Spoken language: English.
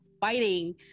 fighting